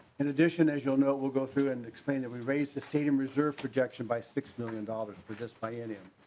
in addition as you know will go through and explain that we raise esteem reserve projection by six million dollars because biennium.